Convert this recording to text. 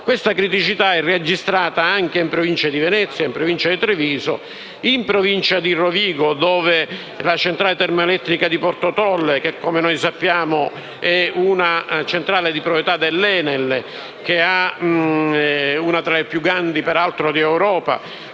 Questa criticità è registrata anche in provincia di Vicenza, in provincia di Treviso e in provincia di Rovigo, dove la centrale termoelettrica di Porto Tolle, che - come noi sappiamo - è una centrale di proprietà dell'ENEL ed è peraltro una delle più grandi d'Europa,